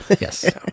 Yes